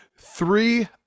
three